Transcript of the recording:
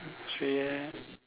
Australia